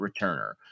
returner